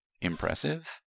impressive